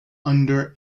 under